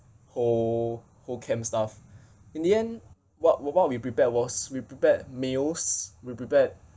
whole whole camp stuff in the end what w~ what we prepared was we prepared meals we prepared